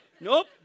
Nope